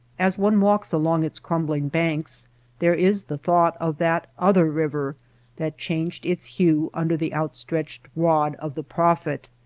as one walks along its crumbling banks there is the thought of that other river that changed its hue under the outstretched rod of the prophet.